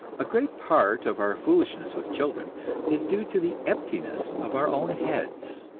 a great part of our foolishness with children is due to the emptiness of our own heads.